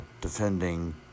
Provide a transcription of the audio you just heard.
defending